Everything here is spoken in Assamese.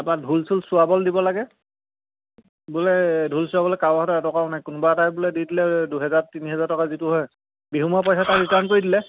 তাপা ঢোল চোল চোৱাবলে দিব লাগে বোলে ঢোল চোৱাবলে কাৰো হাতত এটকাও নাই মানে কোনোবা এটাই বোলে দি দিলে দুহেজাৰ তিনি হেজাৰ টকা যিটো হয় বিহু মৰা পইচাই তাক ৰিটাৰ্ণ কৰি দিলে